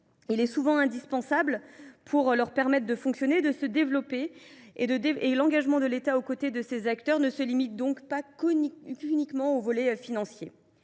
qui est souvent indispensable pour leur permettre de fonctionner et de se développer. L’engagement de l’État aux côtés de ces acteurs ne se limite pas au volet financier